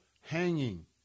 hanging